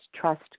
trust